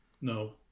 No